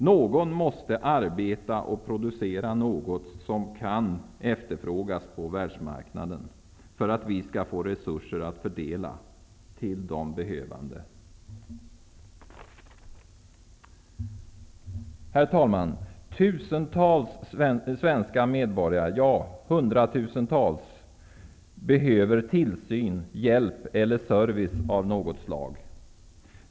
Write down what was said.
Någon måste arbeta och producera något som kan efterfrågas på världsmarknaden för att vi skall få resurser att fördela till de behövande. Herr talman! Tusentals, ja hundratusentals, svenska medborgare behöver tillsyn, hjälp eller service av något slag.